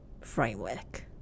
framework